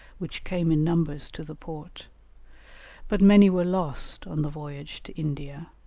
which came in numbers to the port but many were lost on the voyage to india,